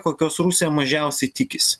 kokios rusija mažiausiai tikisi